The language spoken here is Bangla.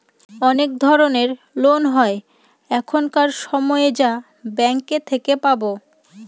অনেক ধরনের লোন হয় এখানকার সময় যা ব্যাঙ্কে থেকে পাবো